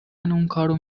اونکارو